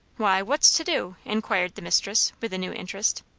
why, what's to do? inquired the mistress, with a new interest.